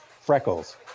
Freckles